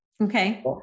Okay